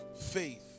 faith